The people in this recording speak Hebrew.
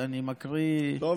מצוין.